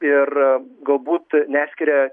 ir galbūt neskiria